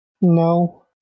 No